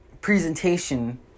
presentation